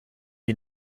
you